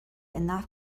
enough